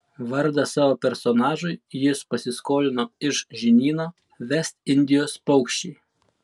vardą savo personažui jis pasiskolino iš žinyno vest indijos paukščiai